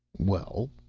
well?